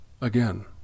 again